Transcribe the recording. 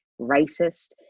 racist